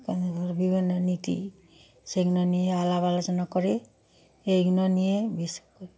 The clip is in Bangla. এখানকার বিভিন্ন নীতি সেগুলো নিয়ে আলাপ আলোচনা করি এইগুলো নিয়ে বিশেষ করে